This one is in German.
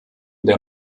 der